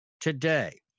today